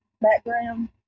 background